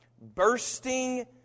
bursting